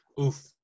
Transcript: Oof